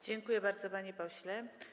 Dziękuję bardzo, panie pośle.